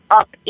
up